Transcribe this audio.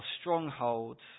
strongholds